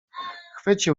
chwycił